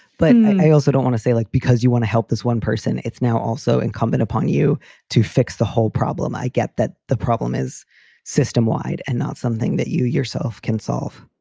but i also don't want to say like because you want to help this one person, it's now also incumbent upon you to fix the whole problem. i get that the problem is system wide and not something that you yourself can solve.